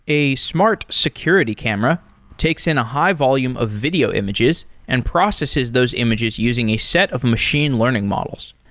a smart security camera takes in a high volume of video images and processes those images using a set of machine learning models.